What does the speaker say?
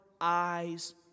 eyes